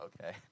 Okay